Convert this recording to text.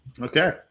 Okay